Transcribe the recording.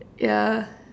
yeah